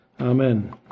Amen